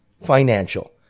financial